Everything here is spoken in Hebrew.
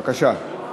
בבקשה.